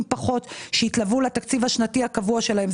פחות שהתלוו לתקציב השנתי הקבוע שלהם.